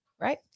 right